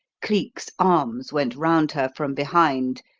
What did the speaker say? cleek's arms went round her from behind,